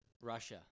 Russia